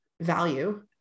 value